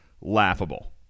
laughable